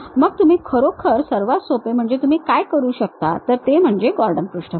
मग तुम्ही खरोखर सर्वात सोपे म्हणजे तुम्ही काय करू शकता तर ते म्हणजे गॉर्डन पृष्ठभाग